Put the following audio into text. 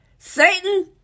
Satan